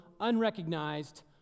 unrecognized